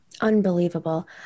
Unbelievable